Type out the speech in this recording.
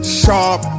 sharp